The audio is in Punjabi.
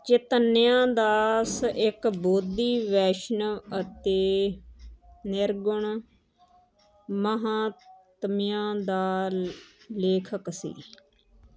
ਚੇਤੰਨਿਆ ਦਾਸ ਇੱਕ ਬੋਧੀ ਵੈਸ਼ਨਵ ਅਤੇ ਨਿਰਗੁਣ ਮਹਾਤਮਿਆਂ ਦਾ ਲ ਲੇਖਕ ਸੀ